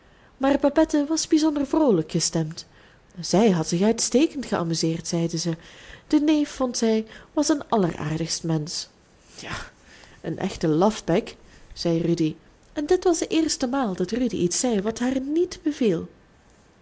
maar babette was bijzonder vroolijk gestemd zij had zich uitstekend geamuseerd zeide zij de neef vond zij was een alleraardigst mensch ja een echte lafbek zei rudy en dit was de eerste maal dat rudy iets zei wat haar niet beviel